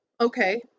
okay